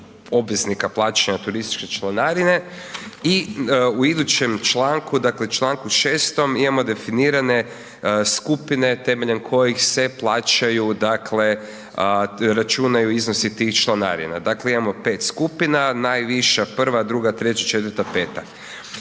obveznika plaćanja turističke članarine i u idućem članku, dakle, čl. 6. imamo definirane skupine temeljem kojih se plaćaju, dakle, račune ili iznosi tih članarina. Dakle, imamo 5 skupina, najviša 1., 2., 3., 4., 5.